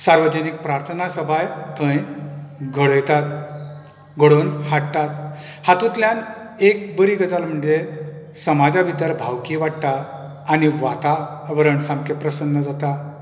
सावर्जनीक प्रार्थनाय सभाय थंय घडयतात घडोवन हाडटात हातुंतल्यान एक बरी गजाल म्हणजे समाजा भितर भावकी वाडटा आनी वातावरण सामकें प्रसन्न जाता